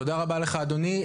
תודה רבה לך, אדוני.